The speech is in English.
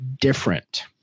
different